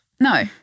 No